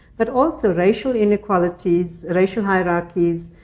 but also racial inequalities, racial hierarchies,